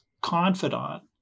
confidant